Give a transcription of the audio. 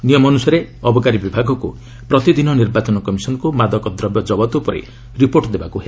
ନିୟମ ଅନୁସାରେ ଅବକାରୀ ବିଭାଗକ୍ ପ୍ରତିଦିନ ନିର୍ବାଚନ କମିଶନକୁ ମାଦକ ଦ୍ରବ୍ୟ ଜବତ ଉପରେ ରିପୋଟ ଦେବାକୁ ହେବ